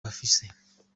bafise